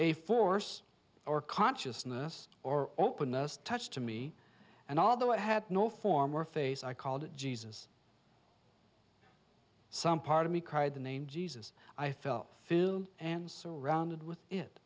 a force or consciousness or openness touch to me and although it had nor form or face i called it jesus some part of me cried the name jesus i felt filled and surrounded with it